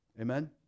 Amen